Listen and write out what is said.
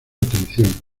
atención